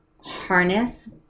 harness